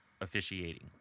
officiating